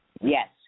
Yes